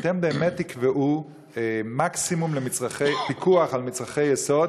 שאתם באמת תקבעו מקסימום פיקוח על מצרכי יסוד,